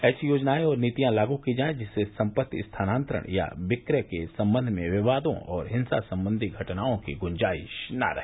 ऐसी योजनायें और नीतियां लागू की जायें जिससे संपत्ति स्थानांतरण या बिक्रय के संबंध में विवादों और हिंसा संबंधी घटनाओं की गुंजाइश न रहे